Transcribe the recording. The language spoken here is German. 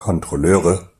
kontrolleure